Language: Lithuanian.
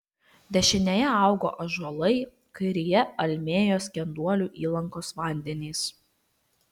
dešinėje augo ąžuolai kairėje almėjo skenduolių įlankos vandenys